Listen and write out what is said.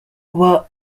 kuba